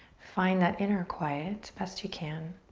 find that inner quiet best you can.